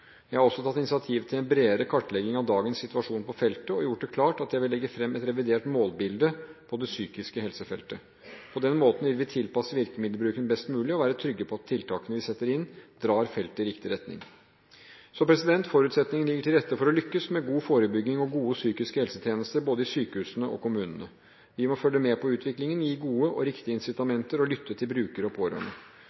Jeg har også tatt initiativ til en bredere kartlegging av dagens situasjon på feltet og gjort det klart at jeg vil legge fram et revidert målbilde på det psykiske helsefeltet. På den måten vil vi tilpasse virkemiddelbruken best mulig og være trygge på at tiltakene vi setter inn, drar feltet i riktig retning. Forutsetningene ligger til rette for å lykkes med god forebygging og gode psykiske helsetjenester, i både sykehusene og kommunene. Vi må følge med på utviklingen, gi gode og riktige